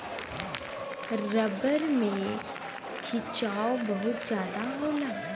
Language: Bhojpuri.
रबर में खिंचाव बहुत जादा होला